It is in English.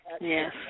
Yes